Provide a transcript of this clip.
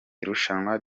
irushanwa